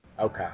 Okay